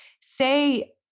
say